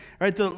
Right